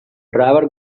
driver